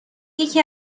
یکی